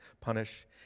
punish